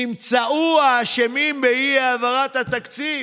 נמצאו האשמים באי-העברת התקציב.